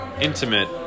intimate